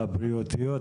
הבריאותיות,